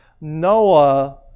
Noah